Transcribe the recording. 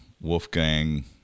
Wolfgang